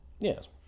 Yes